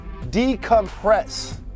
decompress